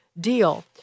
deal